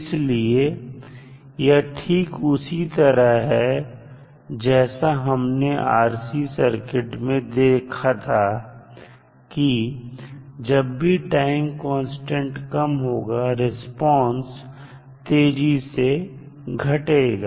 इसलिए यह ठीक उसी तरह है जैसा हमने RC सर्किट में देखा था कि जब भी टाइम कांस्टेंट कम होगा रिस्पांस तेजी से घटेगा